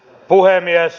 puhemies